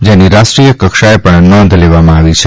જેની રાષ્ટ્રીય કક્ષાએ પણ નોંધ લેવામાં આવી છે